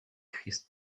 christ